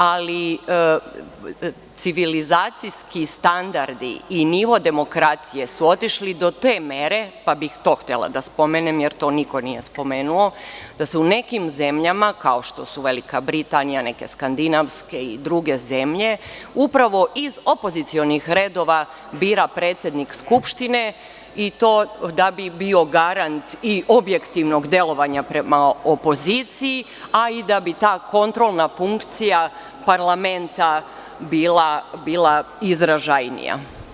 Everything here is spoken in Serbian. Ali, civilizacijski standardi i nivo demokratije su otišli do te mere, pa bih to htela da spomenem, jer to niko nije spomenuo, da se u nekim zemljama, kao što su Velika Britanija, neke skandinavske i druge zemlje, upravo iz opozicionih redova bira predsednik Skupštine i to da bi bio garant i objektivnog delovanja prema opoziciji, a i da bi ta kontrolna funkcija parlamenta bila izražajnija.